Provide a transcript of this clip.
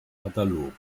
katalog